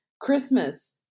christmas